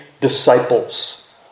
disciples